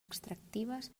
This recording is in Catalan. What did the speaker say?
extractives